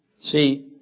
See